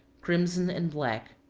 crimson, and black.